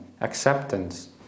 acceptance